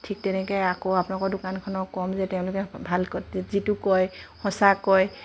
ঠিক তেনেকৈ আকৌ আপোনালোকৰ দোকানখনক ক'ম যে তেওঁলোকে ভালকৈ যিটো কয় সঁচা কয়